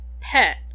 pet